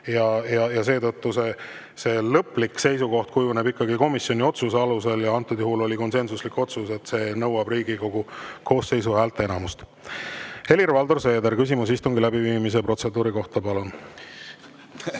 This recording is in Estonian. Seetõttu meie lõplik seisukoht kujuneb ikkagi komisjoni otsuse alusel ja antud juhul oli konsensuslik otsus, et see nõuab Riigikogu koosseisu häälteenamust. Helir-Valdor Seeder, küsimus istungi läbiviimise protseduuri kohta, palun!